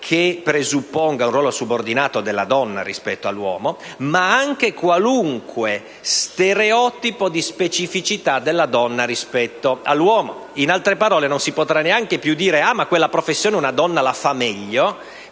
che presupponga un ruolo subordinato della donna rispetto all'uomo e di qualunque stereotipo di specificità della donna rispetto all'uomo. In altre parole, non si potrà neanche più dire che una donna fa meglio